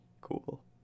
cool